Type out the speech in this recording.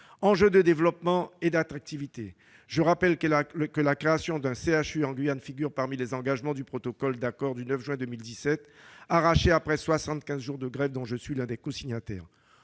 de développement et d'attractivité. Je rappelle que la création d'un CHU en Guyane figure parmi les engagements du protocole d'accord du 9 juin 2017, arraché après soixante-quinze jours de grève et dont je suis l'un des cosignataires.